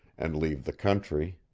and leave the country.